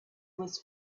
was